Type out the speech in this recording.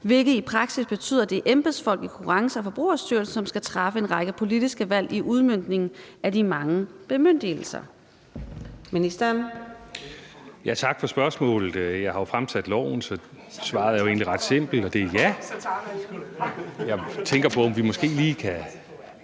hvilket i praksis betyder, at det er embedsfolk i Konkurrence- og Forbrugerstyrelsen, som skal træffe en række politiske valg i udmøntningen af de mange bemyndigelser?